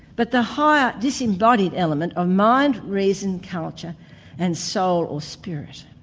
but the higher disembodied element of mind, reason, culture and soul or spirit.